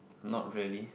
not really